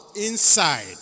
inside